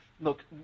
Look